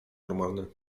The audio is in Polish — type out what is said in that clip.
normalny